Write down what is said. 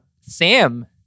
Sam